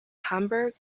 hamburg